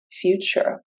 future